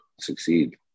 succeed